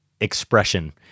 expression